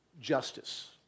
justice